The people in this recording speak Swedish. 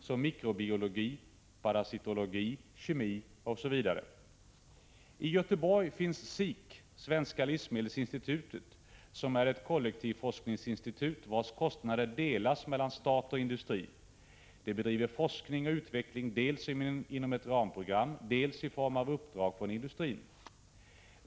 såsom mikrobiologi, parasitologi, kemi osv. I Göteborg finns SIK — Svenska livsmedelsinstitutet, som är ett kollektivforskningsinstitut, vars kostnader delas mellan stat och industri. Det bedriver forskning och utveckling dels inom ett ramprogram, dels i form av uppdrag från industrin.